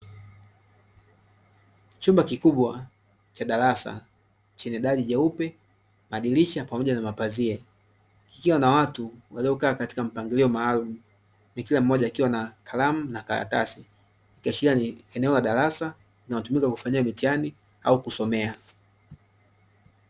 Chumba kikubwa cha darasa chenye dari jeupe, madirisha pamoja na mapazia kikiwa na watu waliokaa katika mpangilio maalumu, kila mmoja akiwa na kalamu na karatasi ikiashiria ni eneo la darasa linalotumika kufanyia mitihani au kusomea.